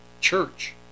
church